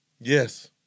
Yes